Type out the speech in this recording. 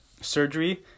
surgery